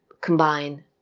combine